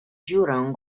dziurę